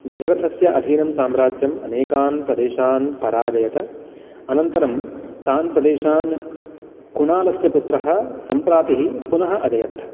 दशरथस्य अधीनं साम्राज्यं अनेकान् प्रदेशान् पराजयत अनन्तरं तान् प्रदेशान् कुणालस्य पुत्रः सम्प्रातिः पुनः अजयत्